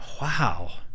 Wow